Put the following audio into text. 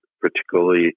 particularly